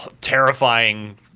terrifying